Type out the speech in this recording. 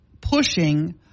pushing